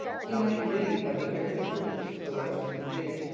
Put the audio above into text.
he might lead by the quickest route to the western sea.